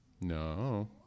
No